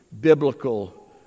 biblical